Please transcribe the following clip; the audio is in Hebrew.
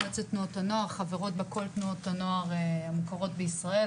מועצת תנועות הנוער חברות בה כל תנועות הנוער המוכרות בישראל,